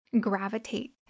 gravitate